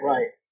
Right